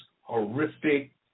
horrific